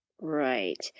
Right